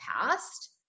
past